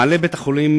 בעל בית-החולים,